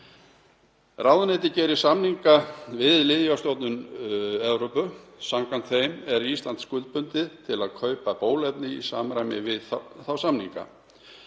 Ráðuneytið gerir samninga við Lyfjastofnun Evrópu. Samkvæmt þeim er Ísland skuldbundið til að kaupa bóluefni í samræmi við þá samninga.